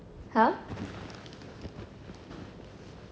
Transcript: !huh!